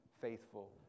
faithful